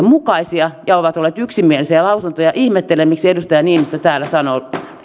mukaisia ja ne ovat olleet yksimielisiä lausuntoja ihmettelen miksi edustaja niinistö täällä sanoo